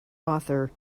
author